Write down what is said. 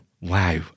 Wow